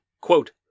quote